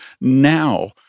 now